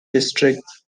district